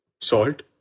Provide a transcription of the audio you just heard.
Salt